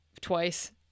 twice